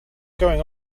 going